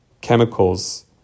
chemicals